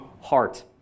heart